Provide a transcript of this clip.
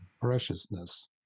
preciousness